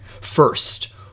First